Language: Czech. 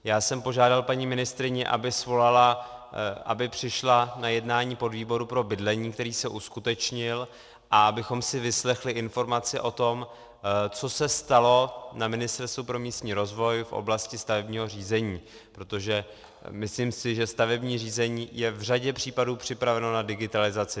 Já jsem požádal paní ministryni, aby přišla na jednání podvýboru pro bydlení, které se uskutečnilo, a abychom si vyslechli informaci o tom, co se stalo na Ministerstvu pro místní rozvoj v oblasti stavebního řízení, protože si myslím, že stavební řízení je v řadě případů připraveno na digitalizaci.